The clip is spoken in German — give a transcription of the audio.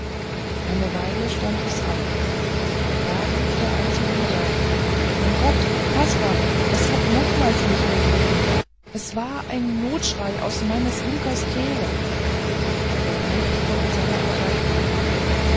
eine weile stand es an da rief der alte wieder um gott kaspar da hat es nochmals mich gerufen das war ein notschrei aus meines junkers kehle der knecht fuhr in seiner arbeit fort